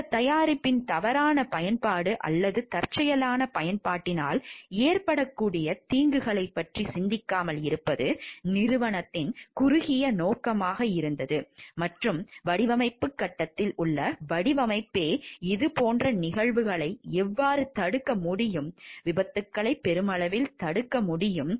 இந்த தயாரிப்பின் தவறான பயன்பாடு அல்லது தற்செயலான பயன்பாட்டினால் ஏற்படக்கூடிய தீங்குகளைப் பற்றி சிந்திக்காமல் இருப்பது நிறுவனத்தின் குறுகிய நோக்கமாக இருந்ததா மற்றும் வடிவமைப்பு கட்டத்தில் உள்ள வடிவமைப்பே இதுபோன்ற நிகழ்வுகளை எவ்வாறு தடுக்க முடியும் விபத்துகளை பெருமளவில் தடுக்க முடியும்